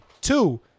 Two